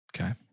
Okay